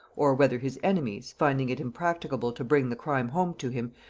or whether his enemies, finding it impracticable to bring the crime home to him,